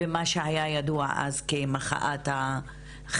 מה שהיה ידוע אז כמחאת החצאיות.